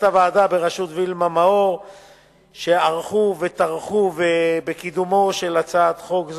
הוועדה בראשות וילמה מאור שעבדו וטרחו בקידומה של הצעת חוק זו.